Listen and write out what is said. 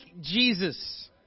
Jesus